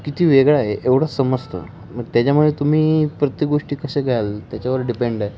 किती वेगळा आहे एवढं समजतं मग त्याच्यामुळे तुम्ही प्रत्येक गोष्टी कसे घ्याल त्याच्यावर डिपेंड आहे